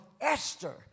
Esther